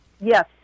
Yes